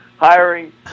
hiring